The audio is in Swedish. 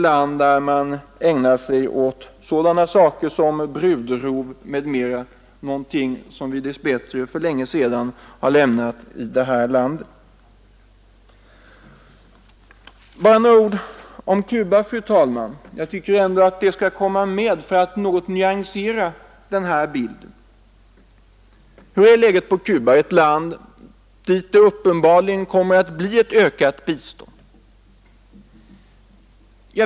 Bara några ord om Cuba, fru talman. Jag tycker att det skall komma med för att något komplettera den här bilden. Hur är då läget på Cuba, ett land dit det uppenbarligen kommer att bli ett ökat bistånd?